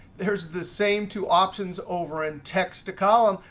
there's the same two options over in text to column.